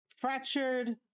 fractured